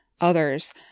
others